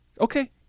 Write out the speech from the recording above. Okay